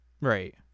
Right